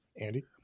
Andy